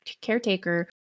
caretaker